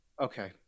Okay